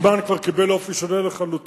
זה כבר מזמן קיבל אופי שונה לחלוטין,